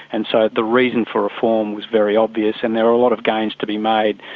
and so the reason for reform was very obvious, and there were a lot of gains to be made.